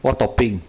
what topping